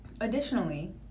Additionally